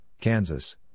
Kansas